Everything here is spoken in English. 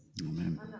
Amen